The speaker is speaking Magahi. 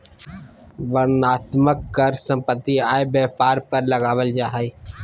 वर्णनात्मक कर सम्पत्ति, आय, व्यापार पर लगावल जा हय